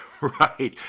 Right